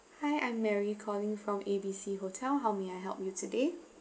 hi I'm mary calling from A B C hotel how may I help you today